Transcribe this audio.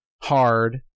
hard